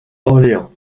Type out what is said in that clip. orléans